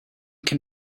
can